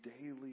daily